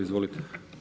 Izvolite.